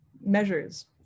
measures